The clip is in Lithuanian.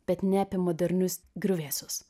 bet ne apie modernius griuvėsius